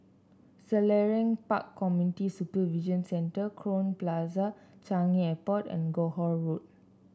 Selarang Park Community Supervision Centre Crowne Plaza Changi Airport and Johore Road